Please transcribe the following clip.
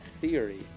theory